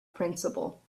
principle